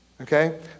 Okay